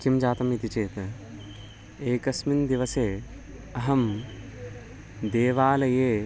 किं जातमिति चेत् एकस्मिन् दिवसे अहं देवालये